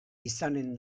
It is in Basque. izanen